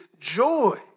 joy